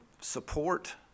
support